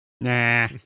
Nah